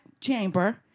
chamber